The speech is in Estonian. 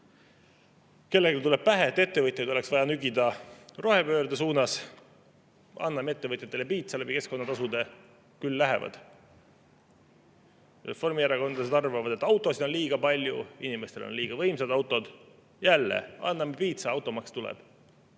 Kellelegi tuleb pähe, et ettevõtjaid oleks vaja nügida rohepöörde suunas – anname ettevõtjatele piitsa keskkonnatasude kaudu, küll lähevad. Reformierakondlased arvavad, et autosid on liiga palju, inimestel on liiga võimsad autod – jälle, anname piitsa, automaks tuleb,